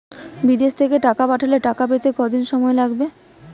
বিদেশ থেকে টাকা পাঠালে টাকা পেতে কদিন সময় লাগবে?